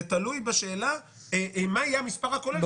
זה תלוי בשאלה מה יהיה המספר הכולל,